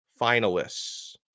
finalists